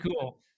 cool